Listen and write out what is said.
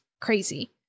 crazy